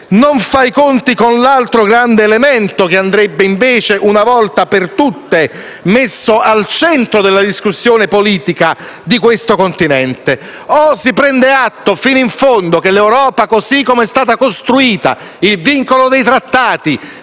i conti con l'altro grande elemento che invece andrebbe, una volta per tutte, messo al centro della discussione politica di questo Continente. O si prende atto fino in fondo che l'Europa così come è stata costruita, il vincolo dei Trattati,